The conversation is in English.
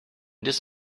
this